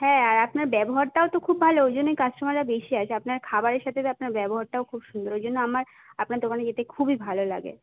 হ্যাঁ আর আপনার ব্যবহারটাও তো খুব ভালো ওই জন্যই কাস্টোমাররা বেশি আসে আপনার খাবারের সাথে আপনার ব্যবহারটাও খুব সুন্দর ওই জন্য আমার আপনার দোকানে যেতে খুবই ভালো লাগে